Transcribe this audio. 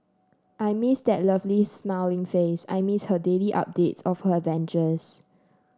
I miss that lovely smiling face I miss her daily updates of her adventures